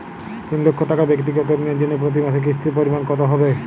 তিন লক্ষ টাকা ব্যাক্তিগত ঋণের জন্য প্রতি মাসে কিস্তির পরিমাণ কত হবে?